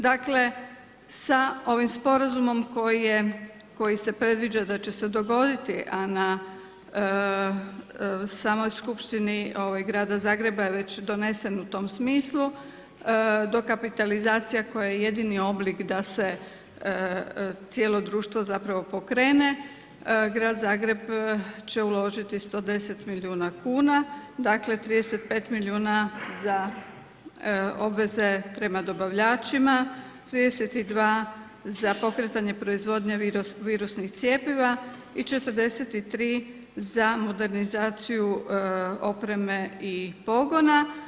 Dakle, sa ovim sporazumom, koji se predviđa da će se dogoditi, a na samoj skupštini Grada Zagreba je već donesen u tom smislu, dokapitalizacija koja je jedini oblik, da se cijelo društvo pokrene, Grad Zagreb, će uložiti 110 milijuna kn, dakle 35 milijuna za obaveze prema dobavljačima, 32 za pokretanje proizvodnje virusnih cijepova i 43 za modernizaciju opreme i pogona.